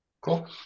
Cool